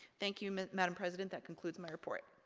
thank you madame president, that concludes my report.